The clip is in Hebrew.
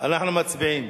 אנחנו מצביעים.